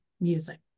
music